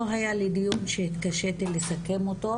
לא היה לי דיון שהתקשיתי לסכם אותו,